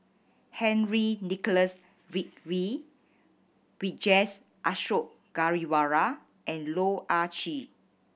Henry Nicholas Ridley Vijesh Ashok Ghariwala and Loh Ah Chee